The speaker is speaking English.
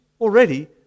already